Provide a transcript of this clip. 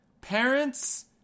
...parents